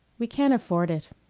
we can't afford it.